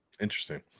Interesting